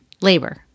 labor